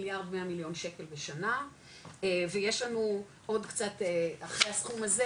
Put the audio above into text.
מיליארד שקל בשנה ויש לנו עוד קצת אחרי הסכום הזה,